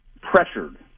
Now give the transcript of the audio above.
pressured